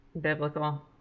biblical